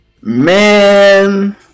Man